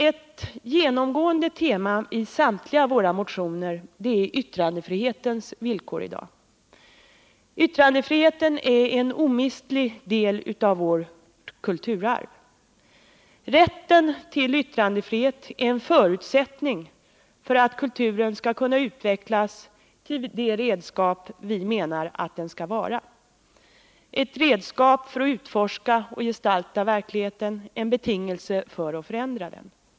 Ett genomgående tema i samtliga våra motioner är yttrandefrihetens villkor i dag. Yttrandefriheten är en omistlig del av vårt kulturarv. Rätten till yttrandefrihet är en förutsättning för att kulturen skall kunna utvecklas till det redskap vi menar att den skall vara — ett redskap för att utforska och gestalta verkligheten, en betingelse för att förändra den.